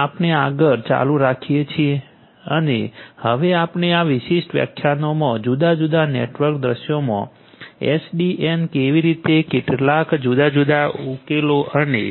આપણે હવે આગળ ચાલુ રાખીએ છીએ અને હવે આપણે આ વિશિષ્ટ વ્યાખ્યાનમાં જુદા જુદા નેટવર્ક દૃશ્યોમાં એસડીએન કેવી રીતે કેટલાક જુદા જુદા ઉકેલો અને